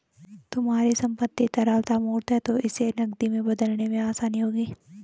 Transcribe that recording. तुम्हारी संपत्ति तरलता मूर्त है तो इसे नकदी में बदलने में आसानी होगी